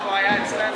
פעם הוא היה אצלנו.